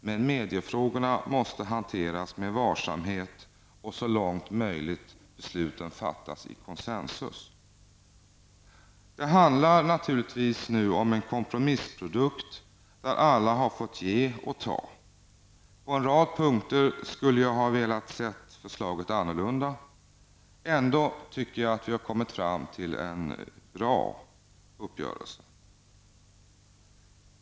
Men mediefrågorna måste hanteras med varsamhet och besluten så långt som möjligt fattas i konsensus. Det handlar nu naturligtvis om en kompromissprodukt där alla har fått ge och ta. På en rad punkter skulle jag ha velat se förslaget annorlunda. Ändå tycker jag att vi har kommit fram till en bra uppgörelse.